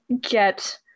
get